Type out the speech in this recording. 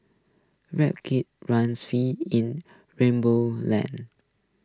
Rip Kitty run free in rainbow land